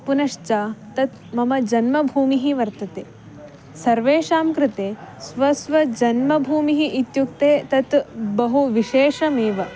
पुनश्च तां मम जन्मभूमिः वर्तते सर्वेषां कृते स्वस्वजन्मभूमिः इत्युक्ते तत् बहु विशेषमेव